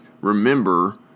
remember